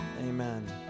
amen